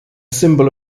symbol